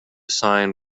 sign